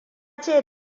ce